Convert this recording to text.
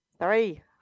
Three